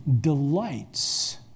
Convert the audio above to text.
delights